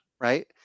right